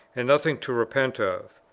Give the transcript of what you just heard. and nothing to repent of.